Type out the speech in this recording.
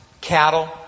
cattle